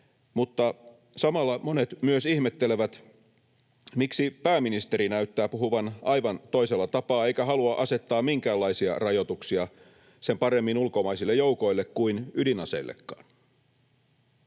mutta samalla monet myös ihmettelevät, miksi pääministeri näyttää puhuvan aivan toisella tapaa eikä halua asettaa minkäänlaisia rajoituksia sen paremmin ulkomaisille joukoille kuin ydinaseillekaan.